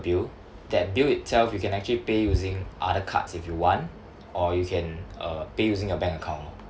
bill that bill itself you can actually pay using other cards if you want or you can uh pay using your bank account lor